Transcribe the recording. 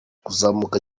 kuzamuka